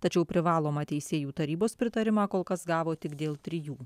tačiau privalomą teisėjų tarybos pritarimą kol kas gavo tik dėl trijų